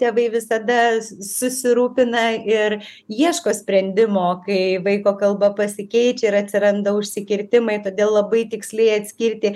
tėvai visada susirūpina ir ieško sprendimo kai vaiko kalba pasikeičia ir atsiranda užsikirtimai todėl labai tiksliai atskirti